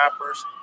rappers